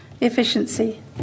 efficiency